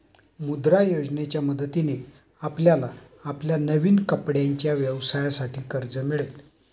मुद्रा योजनेच्या मदतीने आपल्याला आपल्या नवीन कपड्यांच्या व्यवसायासाठी कर्ज मिळेल